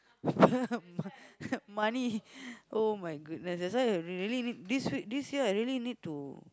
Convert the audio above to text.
money oh-my-goodness that's why I really need this week this year I really need to